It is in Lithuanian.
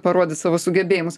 parodyt savo sugebėjimus